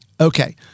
Okay